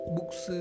Books